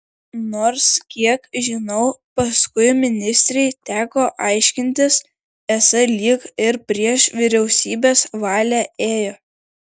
nors kiek žinau paskui ministrei teko aiškintis esą lyg ir prieš vyriausybės valią ėjo